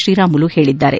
ಶ್ರೀರಾಮುಲು ಹೇಳಿದ್ದಾರೆ